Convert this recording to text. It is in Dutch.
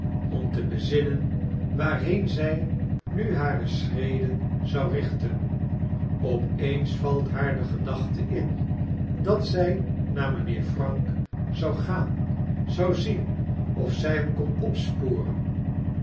om te bezinnen waarheen zy nu hare schreden zou richten op eens valt haar de gedachte in dat zy naar mynheer frank zou gaan zou zien of zy hem kon opsporen